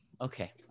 Okay